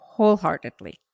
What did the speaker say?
Wholeheartedly